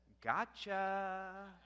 gotcha